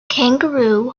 kangaroo